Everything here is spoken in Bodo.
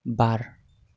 बार